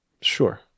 Sure